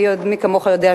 מי כמוך יודע,